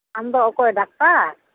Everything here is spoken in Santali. ᱟᱢ ᱫᱚ ᱚᱠᱚᱭ ᱰᱟᱠᱛᱟᱨ